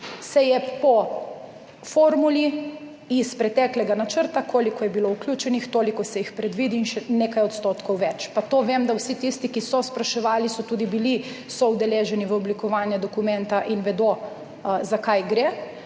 po formuli iz preteklega načrta, koliko je bilo vključenih, toliko se jih predvidi, in še nekaj odstotkov več. To vem, da so bili vsi tisti, ki so spraševali, tudi soudeleženi v oblikovanju dokumenta in vedo, za kaj gre.